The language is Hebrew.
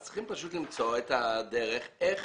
לכן צריך למצוא את הדרך איך